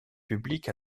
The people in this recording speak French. publics